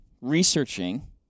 researching